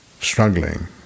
struggling